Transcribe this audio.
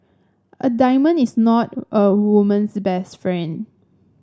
a diamond is not a woman's best friend